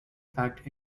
fact